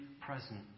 present